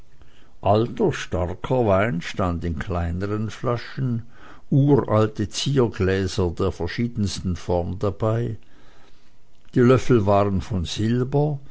alter starker wein stand in kleineren flaschen uralte ziergläser der verschiedensten form dabei die löffel waren von silber